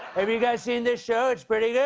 have you guys seen this show?